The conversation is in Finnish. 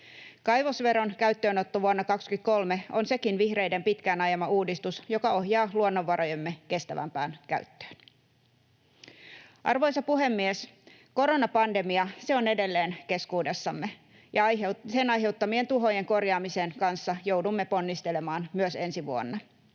Kaivosveron käyttöönotto vuonna 23 on sekin vihreiden pitkään ajama uudistus, joka ohjaa luonnonvarojemme kestävämpään käyttöön. Arvoisa puhemies! Koronapandemia on edelleen keskuudessamme, ja sen aiheuttamien tuhojen korjaamisen kanssa joudumme ponnistelemaan myös ensi vuonna.